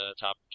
top